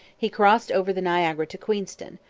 he crossed over the niagara to queenston,